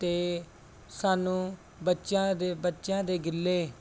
ਅਤੇ ਸਾਨੂੰ ਬੱਚਿਆਂ ਦੇ ਬੱਚਿਆਂ ਦੇ ਗਿੱਲੇ